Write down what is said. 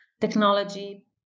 technology